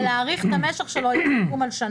ולהאריך את המשך שלו לשנה.